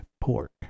pork